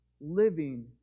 living